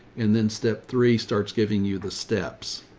and then step three starts giving you the steps.